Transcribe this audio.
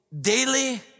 daily